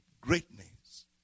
greatness